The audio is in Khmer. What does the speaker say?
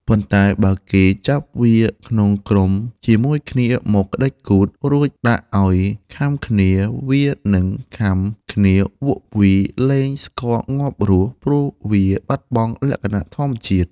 ប៉ុន្តែបើគេចាប់វាក្នុងក្រុមជាមួយគ្នាមកក្ដិចគូទ រួចដាក់ឲ្យខាំគ្នា វានឹងខាំគ្នាវក់វី លែស្គាល់ងាប់រស់ ព្រោះវាបាត់បង់លក្ខណៈធម្មជាតិ ។